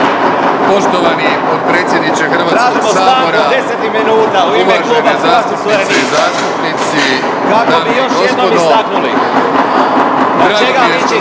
Poštovani potpredsjedniče Hrvatskog sabora, uvažene zastupnice i zastupnici … …/Upadica Marijan